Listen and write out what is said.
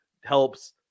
helps